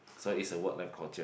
so is the work life culture